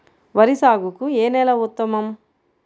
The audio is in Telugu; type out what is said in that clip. వరి సాగుకు ఏ నేల ఉత్తమం?